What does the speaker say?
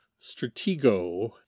Stratego